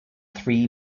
three